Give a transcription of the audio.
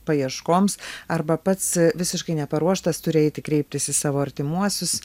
paieškoms arba pats visiškai neparuoštas turi eiti kreiptis į savo artimuosius